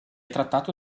trattato